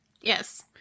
Yes